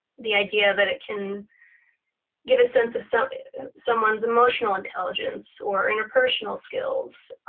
the idea that it can get a sense of so someone's emotional intelligence, or interpersonal skills,